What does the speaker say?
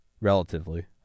relatively